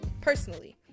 personally